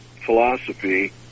philosophy